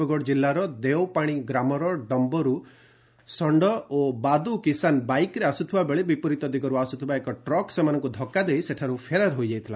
ଦେବଗଡ଼ କିଲ୍ଲାର ଦେଓପାଶି ଗ୍ରାମର ଡମ୍ୟରୁ ଷଣ୍ ଓ ବାଦୁ କିଷାନ ବାଇକ୍ରେ ଆସୁଥିବାବେଳେ ବିପରୀତ ଦିଗରୁ ଆସୁଥିବା ଏକ ଟ୍ରକ୍ ସେମାନଙ୍କୁ ଧକ୍କା ଦେଇ ସେଠାରୁ ଫେରାର ହୋଇଯାଇଥିଲା